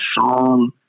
song